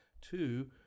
Two